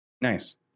Nice